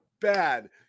bad